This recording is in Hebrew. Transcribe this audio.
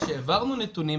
גם כשכבר העברנו נתונים,